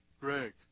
Greg